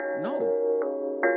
No